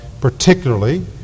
particularly